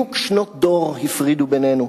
בדיוק שנות דור הפרידו בינינו.